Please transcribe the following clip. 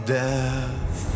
death